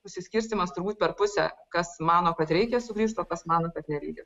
pasiskirstymas turbūt per pusę kas mano kad reikia sugrįžt o pas mano kad nereikia